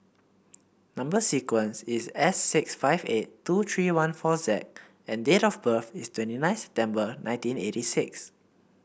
number sequence is S six five eight two three one four Z and date of birth is twenty nine September nineteen eighty six